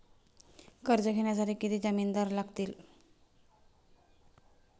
कर्ज घेण्यासाठी किती जामिनदार लागतील?